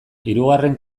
hirugarren